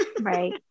right